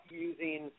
using